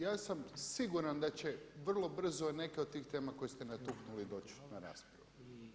Ja sam siguran da će vrlo brzo neke od tih tema koje ste natuknuli doći na raspravu.